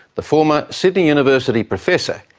the former sydney university professor.